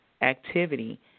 activity